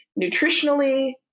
nutritionally